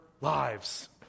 lives